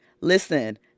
listen